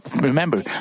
remember